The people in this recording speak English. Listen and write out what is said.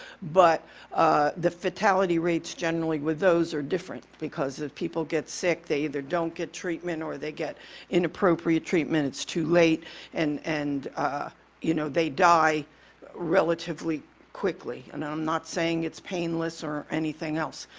but the fatality rates generally with those are different because if people get sick, they either don't get treatment or they get inappropriate treatment, it's too late and and, you know, they die relatively quickly. and i'm not saying it's painless or anything else.